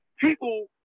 people